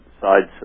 sides